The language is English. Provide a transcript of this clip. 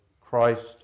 Christ